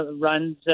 runs